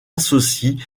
associe